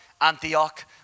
Antioch